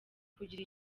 kugira